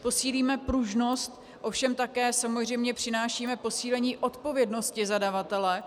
Posílíme pružnost, ovšem samozřejmě také přinášíme posílení odpovědnosti zadavatele.